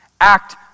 act